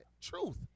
truth